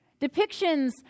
Depictions